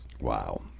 Wow